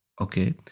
Okay